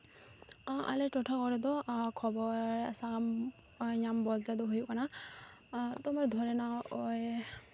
ᱟᱞᱮ ᱴᱚᱴᱷᱟ ᱨᱮᱫᱚ ᱠᱷᱚᱵᱚᱨ ᱥᱟᱢ ᱢᱟᱭ ᱧᱟᱢ ᱵᱚᱞᱛᱮ ᱫᱚ ᱦᱩᱭᱩᱜ ᱠᱟᱱᱟ ᱛᱳᱢᱟᱨ ᱫᱷᱚᱨᱮ ᱱᱟᱣ ᱳᱭ